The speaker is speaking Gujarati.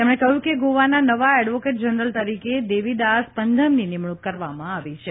તેમણે કહ્યું કે ગોવાન નવા એડવોકેટ જનરલ તરીકે દેવિદાસ પંધમની નિમણુંક કરવામાં આવી છે